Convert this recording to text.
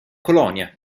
colonia